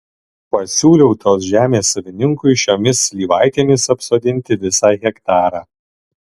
pasiūliau tos žemės savininkui šiomis slyvaitėmis apsodinti visą hektarą